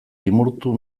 limurtu